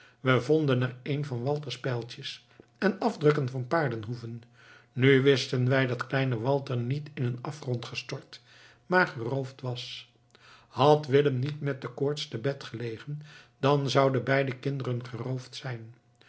we vonden er een van walters pijltjes en afdrukken van paardenhoeven nu wisten wij dat kleine walter niet in een afgrond gestort maar geroofd was had willem niet met de koorts te bed gelegen dan zouden beide kinderen geroofd zijn